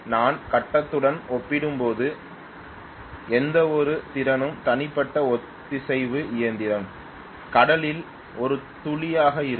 நான் கட்டத்துடன் ஒப்பிடும்போது எந்தவொரு திறனும் தனிப்பட்ட ஒத்திசைவு இயந்திரம் கடலில் ஒரு துளியாக இருக்கும்